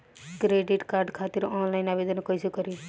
Credit card खातिर online आवेदन कइसे करि?